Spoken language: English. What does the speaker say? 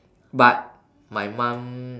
but my mum